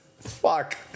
Fuck